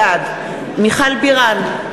בעד מיכל בירן,